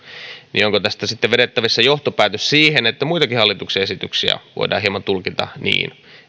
onko tästä sitten vedettävissä johtopäätös että muitakin hallituksen esityksiä voidaan hieman tulkita niin